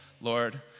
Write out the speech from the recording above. Lord